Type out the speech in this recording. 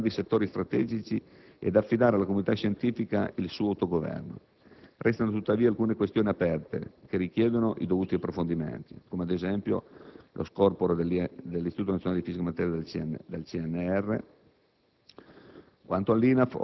Occorre, quindi, definire i grandi settori strategici ed affidare alla comunità scientifica il suo autogoverno. Restano tuttavia alcune questioni aperte, che richiedono i dovuti approfondimenti: lo scorporo, ad esempio, dell'Istituto nazionale per la fisica della materia dal CNR.